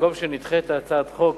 במקום שנדחה את הצעת החוק,